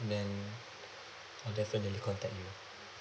and then I'll definitely contact you